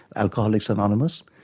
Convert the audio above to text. alcoholics anonymous.